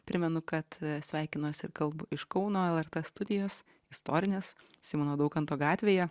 primenu kad sveikinuos ir kalbu iš kauno lrt studijos istorinės simono daukanto gatvėje